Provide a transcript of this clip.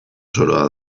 zoroa